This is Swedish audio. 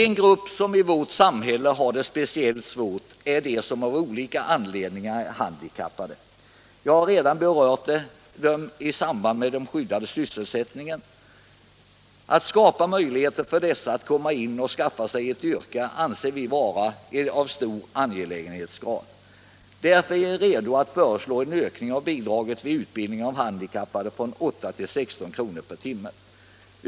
En grupp som har det speciellt svårt i vårt samhälle är de som av olika anledningar är handikappade. Jag har redan berört frågan i samband med den skyddade sysselsättningen. Att skapa möjligheter för dessa människor att skaffa sig ett yrke anser vi vara mycket angeläget. Därför är vi redo att föreslå en ökning av bidraget vid utbildning av handikappade från 8 till 16 kr. per timme.